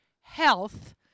health